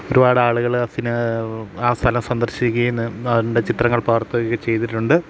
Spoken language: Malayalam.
ഒരുപാട് ആളുകൾ ആ സിന ആ സ്ഥലം സന്ദർശിക്കുന്നു അതിന്റെ ചിത്രങ്ങൾ പകർത്തുകേം ഒക്കെ ചെയ്തിട്ടുണ്ട്